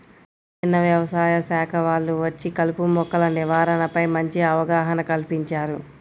నిన్న యవసాయ శాఖ వాళ్ళు వచ్చి కలుపు మొక్కల నివారణపై మంచి అవగాహన కల్పించారు